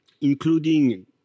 including